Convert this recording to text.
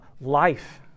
life